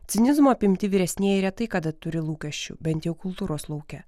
cinizmo apimti vyresnieji retai kada turi lūkesčių bent jau kultūros lauke